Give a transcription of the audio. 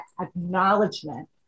acknowledgement